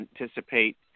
anticipate